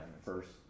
first